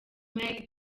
may